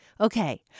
Okay